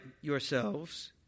yourselves